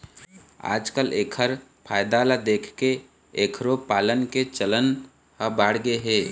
आजकाल एखर फायदा ल देखके एखरो पालन के चलन ह बाढ़गे हे